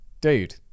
dude